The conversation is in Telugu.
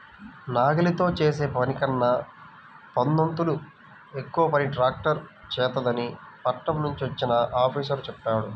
నాగలితో చేసే పనికన్నా పదొంతులు ఎక్కువ పని ట్రాక్టర్ చేత్తదని పట్నం నుంచి వచ్చిన ఆఫీసరు చెప్పాడు